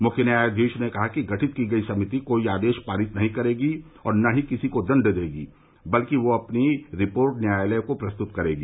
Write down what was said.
मुख्य न्यायाधीश ने कहा कि गठित की गई समिति कोई आदेश पारित नहीं करेगी और न ही किसी को दंड देगी बल्कि वह अपनी रिपोर्ट न्यायालय को प्रस्तुत करेगी